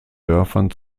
dörfern